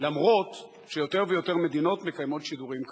למרות שיותר ויותר מדינות מקיימות שידורים כאלה?